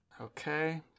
Okay